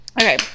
Okay